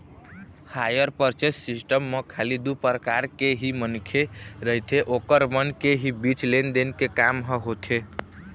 hire purchase system म खाली दू परकार के ही मनखे रहिथे ओखर मन के ही बीच लेन देन के काम ह होथे